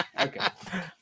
okay